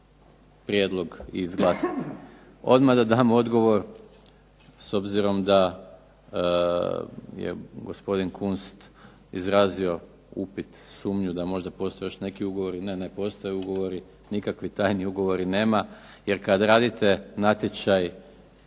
prijedlog i izglasati. Odmah da dam odgovor s obzirom da je gospodin Kunst izrazio upit, sumnju da možda postoje još neki ugovori. Ne, ne postoje ugovori nikakvih tajnih ugovora nema. Jer kad radite natječaj